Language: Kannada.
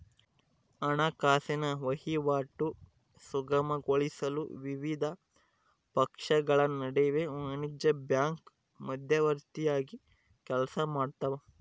ಹಣಕಾಸಿನ ವಹಿವಾಟು ಸುಗಮಗೊಳಿಸಲು ವಿವಿಧ ಪಕ್ಷಗಳ ನಡುವೆ ವಾಣಿಜ್ಯ ಬ್ಯಾಂಕು ಮಧ್ಯವರ್ತಿಯಾಗಿ ಕೆಲಸಮಾಡ್ತವ